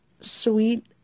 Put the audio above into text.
sweet